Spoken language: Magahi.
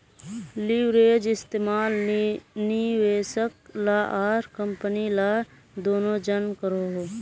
लिवरेज इस्तेमाल निवेशक ला आर कम्पनी ला दनोह जन करोहो